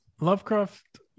Lovecraft